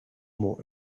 more